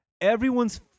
Everyone's